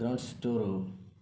grounds చుట్టూరూ